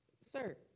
Sir